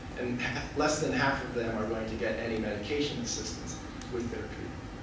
and less than half of them are going to get any medication assistance with their treatment.